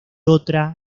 otra